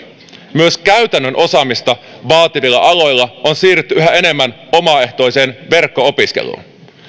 myös käytännön osaamista vaativilla aloilla on siirrytty yhä enemmän omaehtoiseen verkko opiskeluun